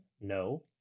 No